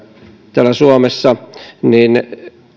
täällä suomessa niin